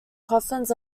coffins